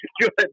Good